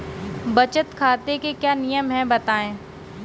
बचत खाते के क्या नियम हैं बताएँ?